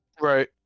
Right